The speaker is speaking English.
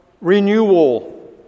renewal